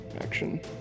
Action